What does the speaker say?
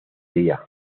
día